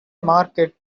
market